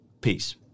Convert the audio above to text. Peace